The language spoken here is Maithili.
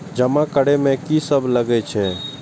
जमा करे में की सब लगे छै?